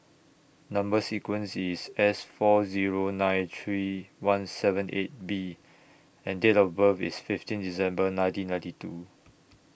Number sequence IS S four Zero nine three one seven eight B and Date of birth IS fifteen December nineteen ninety two